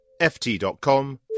ft.com